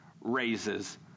raises